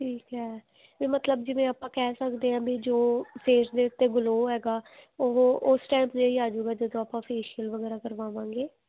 ਠੀਕ ਹੈ ਵੀ ਮਤਲਬ ਜਿਵੇਂ ਆਪਾਂ ਕਹਿ ਸਕਦੇ ਹਾਂ ਵੀ ਜੋ ਫੇਸ ਦੇ ਉੱਤੇ ਗਲੋ ਹੈਗਾ ਉਹ ਉਸ ਟਾਈਮ 'ਤੇ ਆ ਜਾਵੇਗਾ ਜਦੋਂ ਆਪਾਂ ਫੇਸ਼ੀਅਲ ਵਗੈਰਾ ਕਰਵਾਵਾਂਗੇ